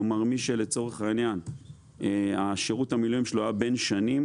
כלומר מי שלצורך העניין שירות המילואים שלו היה בין שנים,